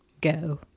go